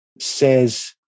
says